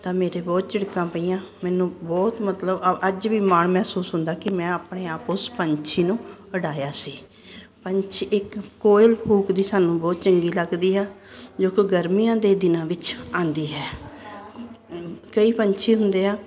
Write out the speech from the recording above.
ਤਾਂ ਮੇਰੇ ਬਹੁਤ ਝਿੜਕਾਂ ਪਈਆਂ ਮੈਨੂੰ ਬਹੁਤ ਮਤਲਬ ਅ ਅੱਜ ਵੀ ਮਾਣ ਮਹਿਸੂਸ ਹੁੰਦਾ ਕਿ ਮੈਂ ਆਪਣੇ ਆਪ ਉਸ ਪੰਛੀ ਨੂੰ ਉਡਾਇਆ ਸੀ ਪੰਛੀ ਇੱਕ ਕੋਇਲ ਕੂਕਦੀ ਸਾਨੂੰ ਬਹੁਤ ਚੰਗੀ ਲੱਗਦੀ ਆ ਜੇ ਕੋਈ ਗਰਮੀਆਂ ਦੇ ਦਿਨਾਂ ਵਿੱਚ ਆਉਂਦੀ ਹੈ ਕਈ ਪੰਛੀ ਹੁੰਦੇ ਆ